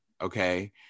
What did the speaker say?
okay